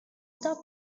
stop